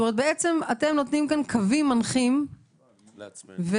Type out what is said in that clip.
אתם נותנים כאן קווים מנחים וקריאת